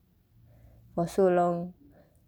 for so long